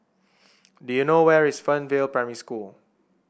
do you know where is Fernvale Primary School